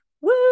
Woo